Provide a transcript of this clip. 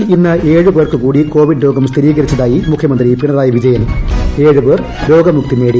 കേരളത്തിൽ ഇന്ന് ഏഴ് പേർക്ക് കൂടി കോവിഡ് രോഗം സ്ഥിരീകരിച്ചതായി മുഖ്യമന്ത്രി പിണറായി വിജയൻ ഏഴ് പേർ രോഗമുക്തി നേടി